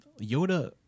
Yoda